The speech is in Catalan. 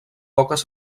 poques